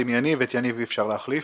את יניב אי אפשר להחליף...